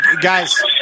guys